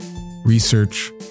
Research